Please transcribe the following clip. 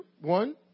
one